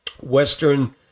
Western